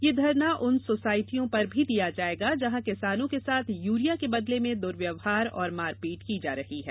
यह धरना उन सोशायटियों पर भी दिया जायेगा जहां किसानों के साथ यूरिया के बदले में दुर्व्यव्यवहार और मारपीट की जा रही है